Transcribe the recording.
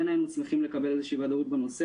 כן היינו שמחים לקבל איזו ודאות בנושא